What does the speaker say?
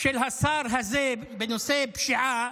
של השר הזה בנושא פשיעה